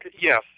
Yes